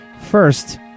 First